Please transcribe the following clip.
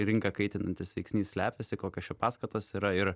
rinką kaitinantis veiksnys slepiasi kokios čia paskatos yra ir